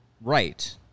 right